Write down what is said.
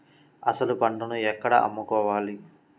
అసలు పంటను ఎక్కడ అమ్ముకోవాలి?